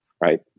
right